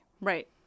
Right